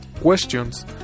questions